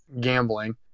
gambling